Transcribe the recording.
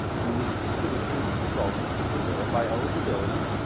you will speak with a hearing consultant who will verify eligibility,